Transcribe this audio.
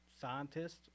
scientists